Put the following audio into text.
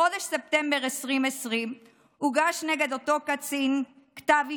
בחודש ספטמבר 2020 הוגש נגד אותו קצין כתב אישום.